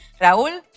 Raúl